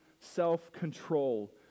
self-control